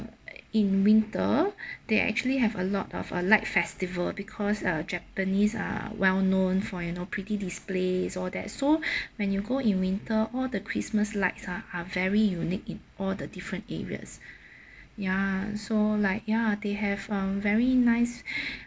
in winter they actually have a lot of a light festival because uh japanese are well known for you know pretty displays all that so when you go in winter all the christmas lights are are very unique in all the different areas ya so like ya they have a very nice